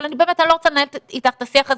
אני לא רוצה לנהל אתך את השיח הזה,